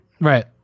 Right